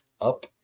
up